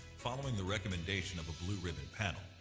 following the recommendation of a blue-ribbon panel,